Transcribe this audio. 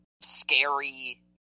scary